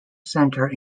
centre